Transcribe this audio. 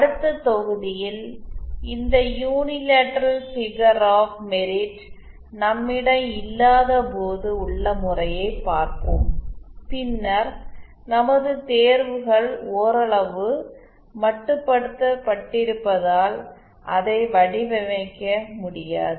அடுத்த தொகுதியில் இந்த யூனிலேட்ரல் ஃபிகர் ஆஃப் மெரிட் நம்மிடம் இல்லாதபோது உள்ள முறையை பார்ப்போம் பின்னர் நமது தேர்வுகள் ஓரளவு மட்டுப்படுத்தப்பட்டிருப்பதால் அதை வடிவமைக்க முடியாது